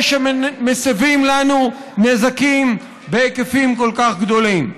שמסיבים לנו נזקים בהיקפים כל כך גדולים.